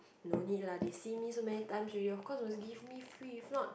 no need lah they see so many times already of course will give me free if not